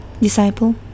Disciple